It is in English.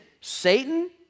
Satan